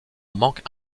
manque